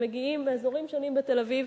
שמגיעים מאזורים שונים בתל-אביב,